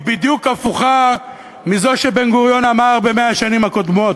בדיוק הפוך מזה שבן-גוריון אמר על 100 השנים הקודמות,